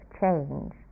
change